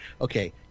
Okay